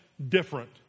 Different